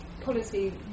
policy